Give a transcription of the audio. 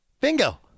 Bingo